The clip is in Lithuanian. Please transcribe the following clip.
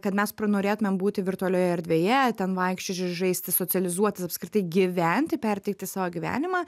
kad mes pranorėtumėm būti virtualioje erdvėje ten vaikščioči žaisti socializuoti apskritai gyventi perteikti savo gyvenimą